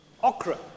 Okra